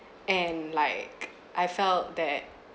and like I felt that